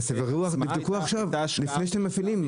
אז תבדקו עכשיו, לפני שאתם מפעילים.